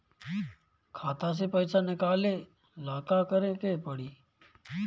खाता से पैसा निकाले ला का करे के पड़ी?